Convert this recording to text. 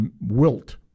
wilt